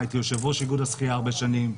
השחייה, הייתי יושב ראש איגוד השחייה הרבה שנים,